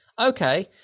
okay